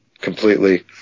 completely